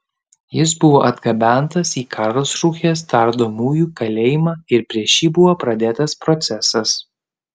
jis buvo atgabentas į karlsrūhės tardomųjų kalėjimą ir prieš jį buvo pradėtas procesas